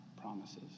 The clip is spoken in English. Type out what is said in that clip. promises